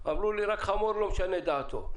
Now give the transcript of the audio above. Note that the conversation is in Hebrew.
אמרו לי: רק חמור לא משנה דעתו.